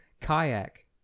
Kayak